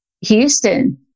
Houston